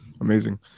amazing